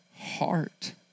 heart